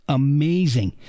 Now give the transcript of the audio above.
amazing